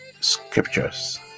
Scriptures